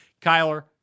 kyler